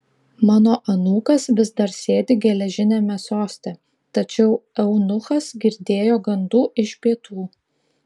mano anūkas vis dar sėdi geležiniame soste tačiau eunuchas girdėjo gandų iš pietų